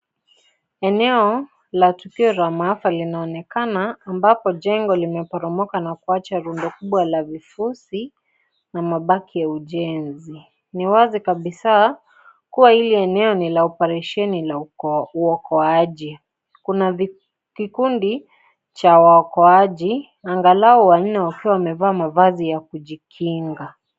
Eneo la tukio la maafa linaonekana ambapo jengo limeporomoka na kuacha rundo kubwa la vifuzi na mabaki ya ujenzi. Ni wazi kabisa kuwa hili eneo ni la operesheni la uokoaji. Kuna kikundi cha waokoaji, angalau wanne wakiwa wamevaa mavazi ya kujikinga.